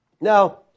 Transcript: Now